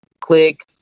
click